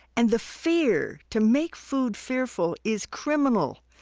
and the fear to make food fearful is criminal.